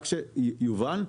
רק שיובן,